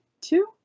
two